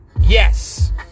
yes